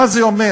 מה זה אומר?